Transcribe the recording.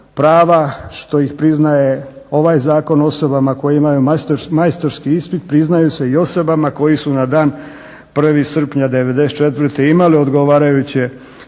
prava što ih priznaje ovaj zakon osobama koji imaju majstorski ispit priznaju se i osobama koji su na dan 1. srpnja '94. imali odgovarajuće